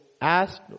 asked